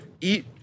Eat